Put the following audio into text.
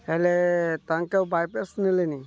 ହେଲେ ତାଙ୍କ ବାଇପାସ୍ ନେଲେନି